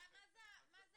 מה זה